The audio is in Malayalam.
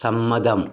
സമ്മതം